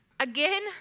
Again